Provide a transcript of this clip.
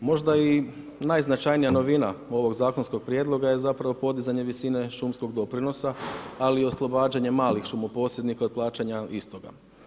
Možda i najznačajnija novina ovog zakonskog prijedloga je zapravo podizanje visine šumskog doprinosa ali i oslobađanje malih šumoposjednika od plaćanja istoga.